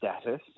status